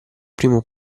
primo